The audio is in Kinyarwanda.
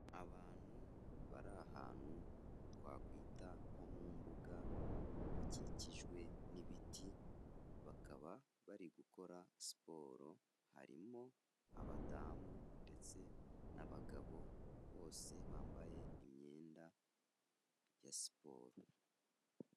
Abantu bari ahantu twakwita nko mu mbuga, hakikijwe n'ibiti, bakaba bari gukora siporo, harimo abadamu ndetse n'abagabo bose bambaye imyenda ya siporo.